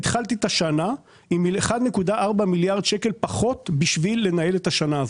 התחלתי את השנה עם 1.4 מיליארד שקל פחות בשביל לנהל את השנה הזאת.